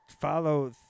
follow